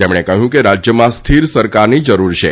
તેમણે કહ્યું કે રાજ્યમાં સ્થિર સરકારની જરૂર છે